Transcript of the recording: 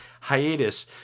hiatus